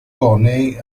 corneille